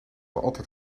altijd